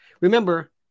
Remember